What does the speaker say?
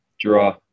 Draw